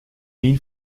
mean